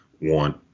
want